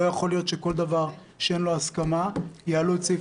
לא יכול להיות שכל דבר שאין לו הסכמה יעלו את סעיף